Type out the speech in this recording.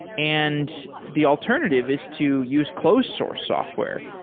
and the alternative is to use closed source software,